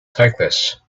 cyclists